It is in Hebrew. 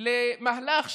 למהלך שהנענו,